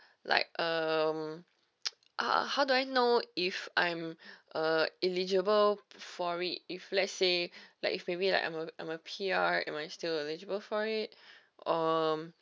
like um uh how do I know if I'm uh eligible for it if let's say like if maybe like I'm a I'm a P_R am I still eligible for it or